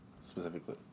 specifically